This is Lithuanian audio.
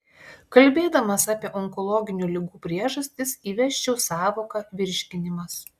kalbėdamas apie onkologinių ligų priežastis įvesčiau sąvoką virškinimas